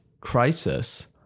crisis